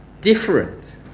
different